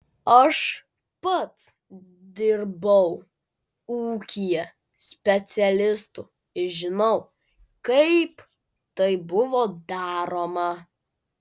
aš pats dirbau ūkyje specialistu ir žinau kaip tai buvo daroma